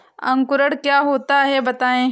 अंकुरण क्या होता है बताएँ?